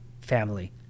family